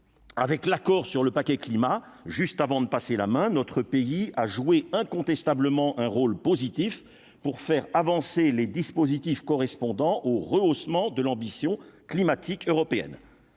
avec l'accord sur le paquet climat-juste avant de passer la main, notre pays a joué incontestablement un rôle positif pour faire avancer les dispositifs correspondant au rehaussement de l'ambition climatique européenne,